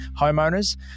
homeowners